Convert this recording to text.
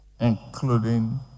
including